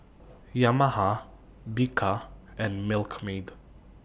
Yamaha Bika and Milkmaid